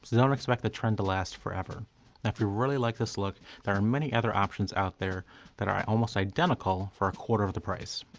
don't expect the trend to last forever. now, if you really like this look, there are many other options out there that are almost identical for a quarter of the price,